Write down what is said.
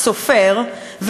סופר,